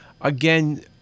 Again